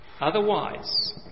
Otherwise